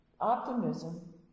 optimism